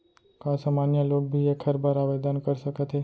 का सामान्य लोग भी एखर बर आवदेन कर सकत हे?